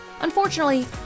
Unfortunately